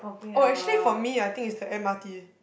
oh actually for me I think is the M_R_T